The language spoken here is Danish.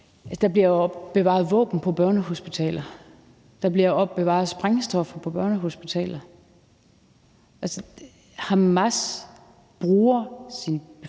der bliver jo opbevaret våben på børnehospitaler, der bliver opbevaret sprængstoffer på børnehospitaler – at Hamas bruger sin befolkning